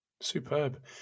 Superb